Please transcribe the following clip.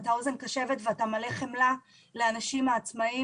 מלא חמלה ומטה אוזן קשבת לאנשים העצמאים.